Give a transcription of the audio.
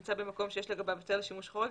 שנמצא במקום שיש לגביו היתר לשימוש חורג,